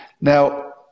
Now